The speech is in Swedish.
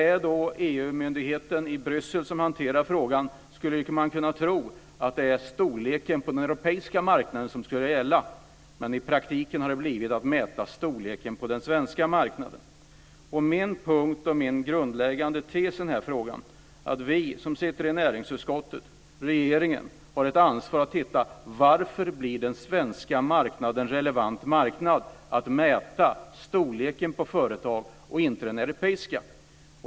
När EU-myndigheten i Bryssel hanterar frågan skulle man kunna tro att det är storleken på den europeiska marknaden som skulle gälla, men i praktiken har det blivit så att man mäter storleken på den svenska marknaden. Min grundläggande tes i den här frågan är att vi som sitter i näringsutskottet och regeringen har ett ansvar för att se till varför den svenska marknaden är den relevanta för att mäta storleken på företag, inte den europeiska.